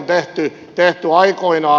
virheet on tehty aikoinaan